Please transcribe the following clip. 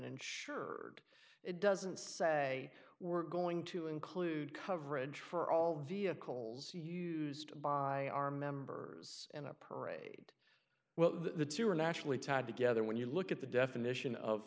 insured it doesn't say we're going to include coverage for all vehicles you buy our members in a parade well the two are nationally tied together when you look at the definition of